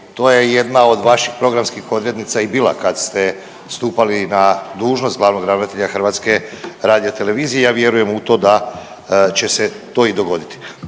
to je jedna od vaših programskih odvjetnica i bila kad ste stupali na dužnost glavnog ravnatelja HRT-a ja vjerujem u to da će se to i dogoditi.